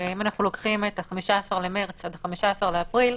אם אנחנו לוקחים את ה-15 במרץ עד ה-15 באפריל,